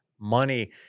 Money